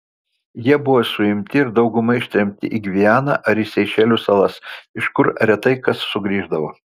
jie buvo suimti ir dauguma ištremti į gvianą ir į seišelių salas iš kur retai kas sugrįždavo